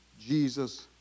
Jesus